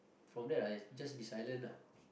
from then I just be silent ah